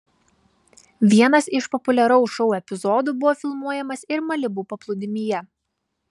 vienas iš populiaraus šou epizodų buvo filmuojamas ir malibu paplūdimyje